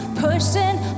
pushing